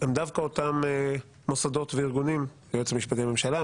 הם דווקא אותם מוסדות וארגונים היועץ המשפטי לממשלה,